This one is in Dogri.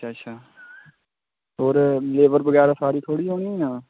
अच्छा अच्छा होर लेबर बगैरा सारी थुआढ़ी होनी ना